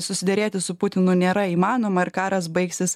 susiderėti su putinu nėra įmanoma ir karas baigsis